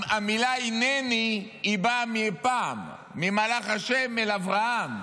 המילה "הינני" באה מפעם, ממהלך השם אל אברהם.